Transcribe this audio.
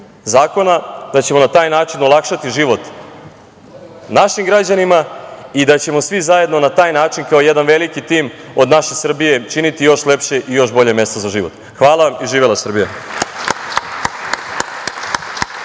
zakona i da ćemo na taj način olakšati život našim građanima i da ćemo svi zajedno na taj način kao jedan veliki tim od naše Srbije činiti još lepše i još bolje mesto za život. Hvala vam. Živela Srbija!